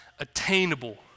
attainable